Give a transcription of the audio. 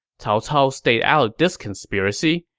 cao cao stayed out of this conspiracy,